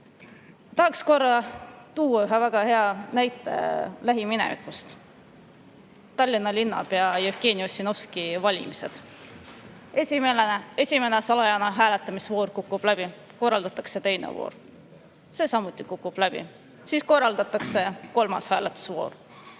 m-valimised. Toon ühe väga hea näite lähiminevikust: Tallinna linnapea Jevgeni Ossinovski valimised. Esimene salajane hääletamisvoor kukub läbi, korraldatakse teine voor, see kukub samuti läbi, siis korraldatakse kolmas hääletusvoor.